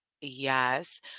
Yes